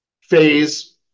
phase